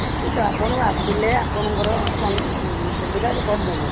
ନିଶ୍ଚିତ ଆପଣ ଆସିଲେ ଆପଣଙ୍କର ମାନେ ସୁବିଧା କରିଦେମୁ